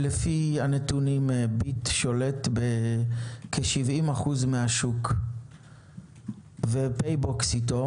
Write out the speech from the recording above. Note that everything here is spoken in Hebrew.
שלפי הנתונים שולט בכ-70% מהשוק ו"פייבוקס" איתו,